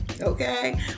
okay